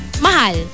Mahal